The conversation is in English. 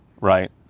right